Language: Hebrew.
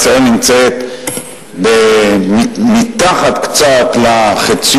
ישראל נמצאת קצת מתחת לחציון.